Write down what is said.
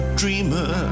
dreamer